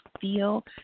feel